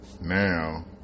Now